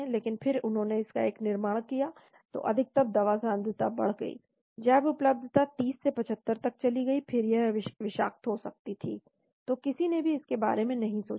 लेकिन फिर उन्होंने इसका एक निर्माण किया तो अधिकतम दवा सांद्रता बढ़ गई जैव उपलब्धता 30 से 75 तक चली गई फिर यह विषाक्त हो सकती थी तो किसी ने भी इसके बारे में नहीं सोचा